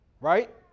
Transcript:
right